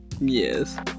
Yes